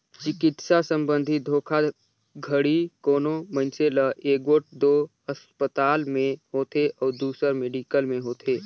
चिकित्सा संबंधी धोखाघड़ी कोनो मइनसे ल एगोट दो असपताल में होथे अउ दूसर मेडिकल में होथे